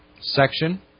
section